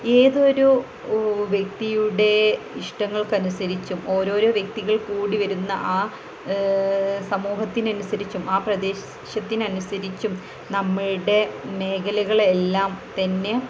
ഏതൊരു വ്യക്തിയുടേ ഇഷ്ടങ്ങൾക്കനുസരിച്ചും ഓരോരോ വ്യക്തികൾ കൂടിവരുന്ന ആ സമൂഹത്തിനനുസരിച്ചും ആ പ്രദേശത്തിനനുസരിച്ചും നമ്മളുടെ മേഖലകളെയെല്ലാം തന്നെ